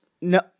No